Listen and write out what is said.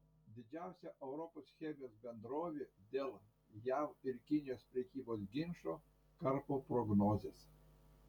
didžiausia europos chemijos bendrovė dėl jav ir kinijos prekybos ginčo karpo prognozes